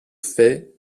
fait